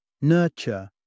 Nurture